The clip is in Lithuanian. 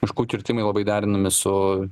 miškų kirtimai labai derinami su